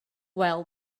well